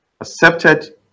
accepted